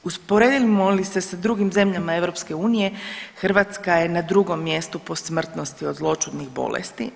Usporedimo li se s drugim zemljama EU Hrvatska je na drugom mjestu po smrtnosti od zloćudnih bolesti.